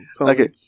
okay